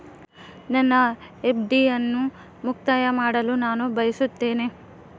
ನನ್ನ ಎಫ್.ಡಿ ಅನ್ನು ಮುಕ್ತಾಯ ಮಾಡಲು ನಾನು ಬಯಸುತ್ತೇನೆ